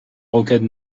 rocade